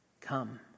come